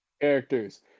Characters